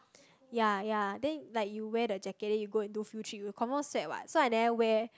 ya ya then like you wear the jacket you go and do field trip you confirm sweat what so I never wear